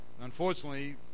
Unfortunately